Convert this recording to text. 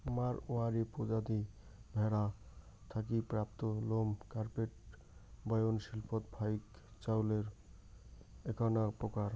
মাড়ওয়ারী প্রজাতি ভ্যাড়া থাকি প্রাপ্ত লোম কার্পেট বয়ন শিল্পত ফাইক চইলের এ্যাকনা প্রকার